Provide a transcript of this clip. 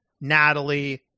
Natalie